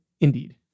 Indeed